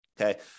okay